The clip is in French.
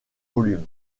volume